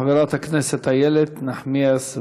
חברת הכנסת איילת נחמיאס ורבין.